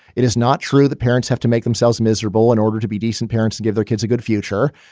it is not true. the parents have to make themselves miserable in order to be decent parents to give their kids a good future.